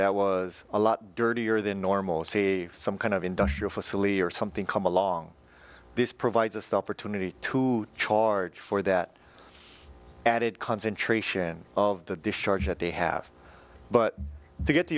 that was a lot dirtier than normal a c some kind of industrial facility or something come along this provides us the opportunity to charge for that added concentration of the discharge that they have but to get to